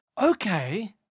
Okay